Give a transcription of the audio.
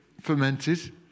fermented